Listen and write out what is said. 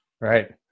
Right